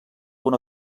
una